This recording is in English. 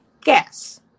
gas